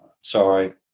sorry